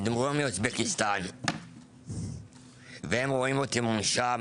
לדוגמה מאוזבקיסטן והם רואים אותי מונשם